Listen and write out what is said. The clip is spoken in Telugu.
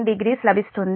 90 లభిస్తుంది